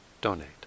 donate